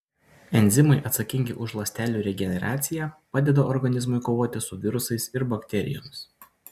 enzimai atsakingi už ląstelių regeneraciją padeda organizmui kovoti su virusais ir bakterijomis